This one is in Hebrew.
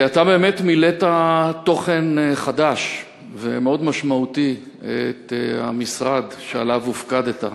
אתה באמת מילאת בתוכן חדש ומאוד משמעותי את המשרד שעליו הופקדת,